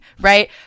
right